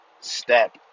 step